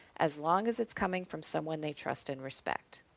as long as it's coming from someone they trust and respect.